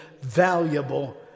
valuable